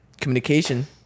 communication